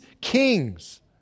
kings